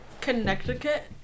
Connecticut